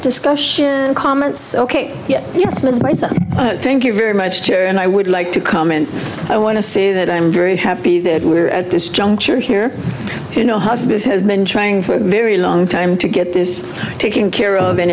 discussion and comments ok thank you very much and i would like to comment i want to say that i'm very happy that we're at this juncture here you know husband has been trying for a very long time to get this taken care of and